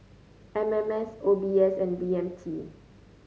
M M S O B S and B M T